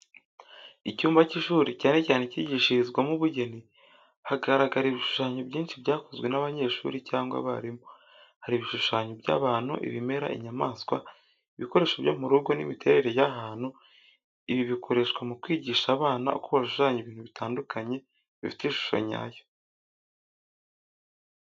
Icyumba cy’ishuri, cyane cyane icyigishirizwamo ubugeni . Haragaragara ibishushanyo byinshi byakozwe n'abanyeshuri cyangwa abarimu. Hari ibishushanyo by’abantu, ibimera, inyamaswa, ibikoresho byo mu rugo n’imiterere y’ahantu ibi bikoreshwa mu kwigisha abana uko bashushanya ibintu bitandukanye bifite ishusho nyayo.